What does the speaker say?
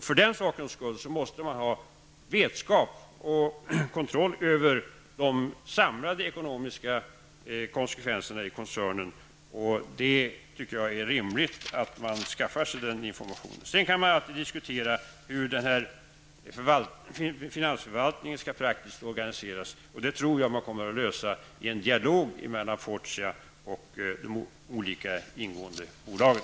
För den sakens skull måste man ha vetskap om och kontroll över de samlade ekonomiska konsekvenserna i koncernen. Jag tycker att det är rimligt att man skaffar sig den informationen. Man kan sedan alltid diskutera hur finansförvaltningen skall praktiskt or 1 ganiseras, och det tror jag att man kommer att lösa i en dialog mellan Fortia och de olika ingående bolagen.